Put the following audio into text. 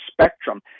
spectrum